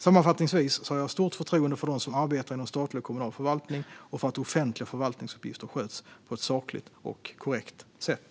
Sammanfattningsvis har jag stort förtroende för dem som arbetar inom statlig och kommunal förvaltning och för att offentliga förvaltningsuppgifter sköts på ett sakligt och korrekt sätt.